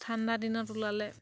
ঠাণ্ডা দিনত ওলালে